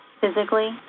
physically